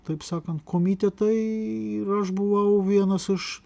taip sakant komitetai ir aš buvau vienas iš